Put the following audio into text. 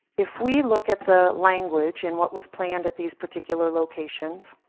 if we look at the language and what was planned at these particular locations,